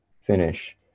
finish